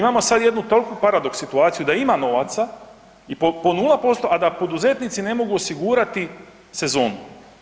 Imamo sada jednu toliku paradoks situaciju, da ima novaca i po 0%, a da poduzetnici ne mogu osigurati sezonu.